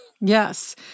Yes